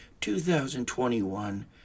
2021